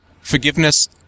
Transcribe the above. Forgiveness